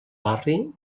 barri